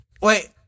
Wait